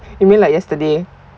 you mean like yesterday